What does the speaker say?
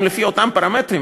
אם לפי אותם פרמטרים,